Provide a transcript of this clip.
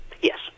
Yes